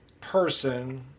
person